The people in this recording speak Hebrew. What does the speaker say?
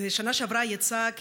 בשנה שעברה יצאה לדרך,